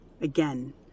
Again